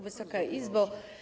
Wysoka Izbo!